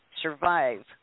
survive